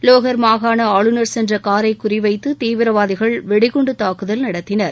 லோகர் மாகாண ஆளுநர் சென்ற காரை குறிவைத்து தீவிரவாதிகள் வெடிகுண்டு தாக்குதல் நடத்தினர்